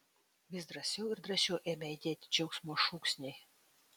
vis drąsiau ir drąsiau ėmė aidėti džiaugsmo šūksniai